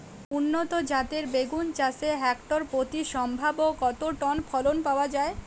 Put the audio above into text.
উন্নত জাতের বেগুন চাষে হেক্টর প্রতি সম্ভাব্য কত টন ফলন পাওয়া যায়?